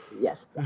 yes